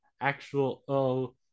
actual